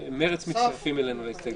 שבוע זה גם בערים נוספות בצפון.